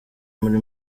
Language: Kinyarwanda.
muri